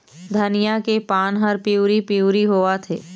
धनिया के पान हर पिवरी पीवरी होवथे?